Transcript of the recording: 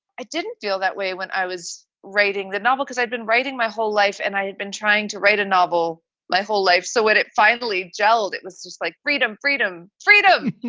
i didn't feel that way when i was writing the novel because i'd been writing my whole life and i had been trying to write a novel my whole life. so it it finally gelled. it was just like freedom, freedom, freedom.